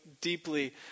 deeply